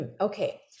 Okay